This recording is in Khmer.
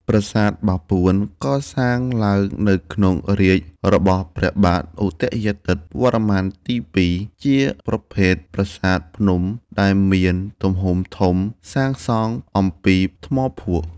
ប្រាសាទបាពួន កសាងឡើងនៅក្នុងរាជ្យរបស់ព្រះបាទឧទ្យាទិត្យវរ្ម័នទី ២ ជាប្រភេទប្រាសាទភ្នំដែល មានទំហំធំ សាងសង់អំពីថ្មភក់។